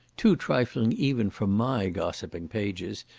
too trifling even for my gossiping pages,